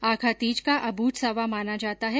आखातीज को अबूझ सावा माना जाता है